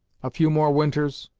a few more winters,